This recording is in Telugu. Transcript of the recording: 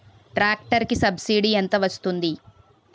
ట్రాక్టర్ కి సబ్సిడీ ఎంత వస్తుంది?